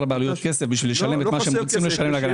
לבעלויות חסר כסף כדי לשלם את מה שהן רוצות לשלם לגננות.